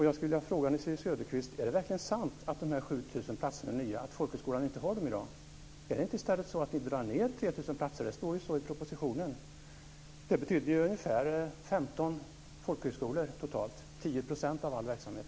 Jag skulle vilja fråga Nils-Erik Söderqvist om det verkligen är sant att dessa 7 000 platser är nya och att folkhögskolan inte har dem i dag. Är det inte i stället så att ni drar ned med 3 000 platser? Det står så i propositionen. Det betyder ungefär 15 folkhögskolor totalt - 10 % av all verksamhet.